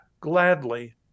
Gladly